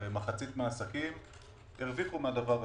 מחצית מן העסקים הרוויחו מן הדבר הזה,